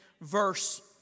verse